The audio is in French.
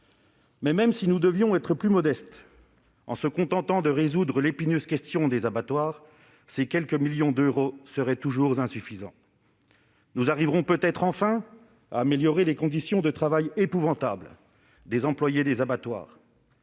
que, même si nous devions être plus modestes et nous contenter de résoudre l'épineuse question des abattoirs, ces quelques millions d'euros seraient toujours insuffisants. Nous arriverons peut-être à améliorer les conditions de travail épouvantables des employés des abattoirs,